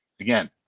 again